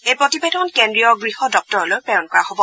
এই প্ৰতিবেদন কেন্দ্ৰীয় গৃহ দপ্তৰলৈ প্ৰেৰণ কৰা হব